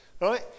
right